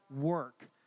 work